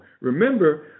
Remember